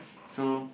so